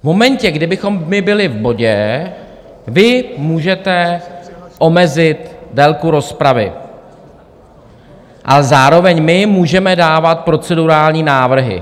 V momentě, kdybychom my byli v bodě, vy můžete omezit délku rozpravy a zároveň my můžeme dávat procedurální návrhy.